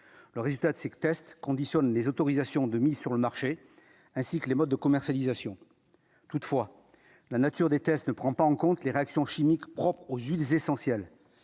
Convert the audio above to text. le résultat de ces tests conditionne les autorisations de mise sur le marché, ainsi que les modes de commercialisation, toutefois, la nature des tests ne prend pas en compte les réactions chimiques aux Ulis essentiel